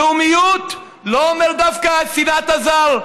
לאומיות לא אומר דווקא שנאת הזר.